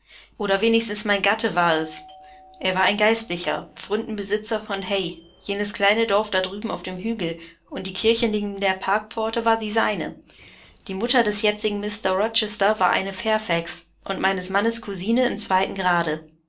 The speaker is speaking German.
oder wenigstens war mein gatte es er war ein geistlicher pfründenbesitzer von hay jenes kleine dorf da drüben auf dem hügel und die kirche neben der parkpforte war die seine die mutter des jetzigen mr rochester war eine fairfax und meines mannes cousine im zweiten grade